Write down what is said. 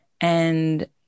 and-